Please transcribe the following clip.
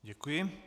Děkuji.